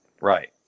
right